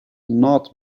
not